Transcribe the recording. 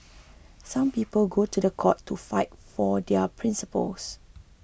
some people go to the court to fight for their principles